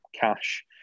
cash